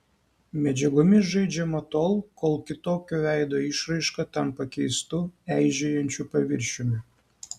medžiagomis žaidžiama tol kol kitokio veido išraiška tampa keistu eižėjančiu paviršiumi